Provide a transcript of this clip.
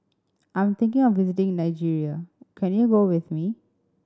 I'm thinking of visiting Nigeria can you go with me